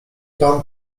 pan